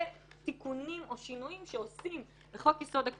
תיקונים או שינויים שעושים בחוק-יסוד: הכנסת,